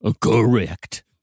Correct